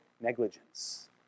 negligence